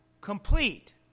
complete